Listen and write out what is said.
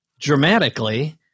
dramatically